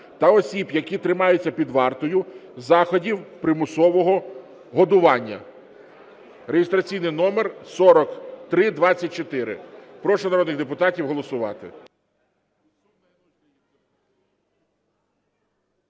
та осіб, які тримаються під вартою, заходів примусового годування (реєстраційний номер 4324). Прошу народних депутатів голосувати.